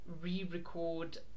re-record